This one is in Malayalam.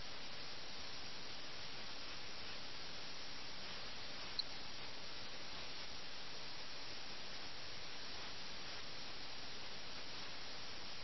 മിറിനെയും മിർസയെയും വീട്ടിൽ നിന്ന് അകറ്റുന്ന ഈ പ്രതിസന്ധി ഒരു വ്യാജ പ്രതിസന്ധിയാണെന്ന് പിന്നീടാണ് നമ്മൾ മനസ്സിലാക്കുന്നത്